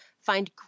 find